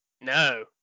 No